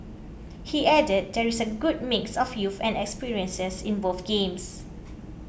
he added there is a good mix of youth and experiences in both games